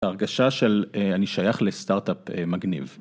הרגשה של אני שייך לסטארט-אפ מגניב.